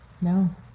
No